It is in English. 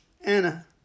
Anna